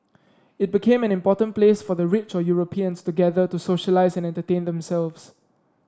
it became an important place for the rich or Europeans to gather to socialise and entertain themselves